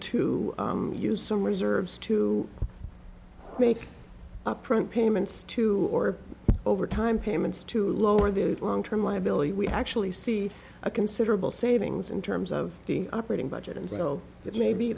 to use some reserves to make up front payments to or over time payments to lower the term liability we actually see a considerable savings in terms of the operating budget and so it may be